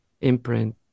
imprint